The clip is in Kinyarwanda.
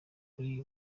kuri